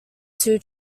two